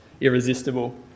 irresistible